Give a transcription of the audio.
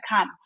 come